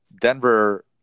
Denver